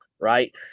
right